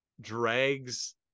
drags